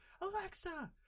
Alexa